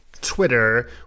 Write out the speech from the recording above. Twitter